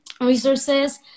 resources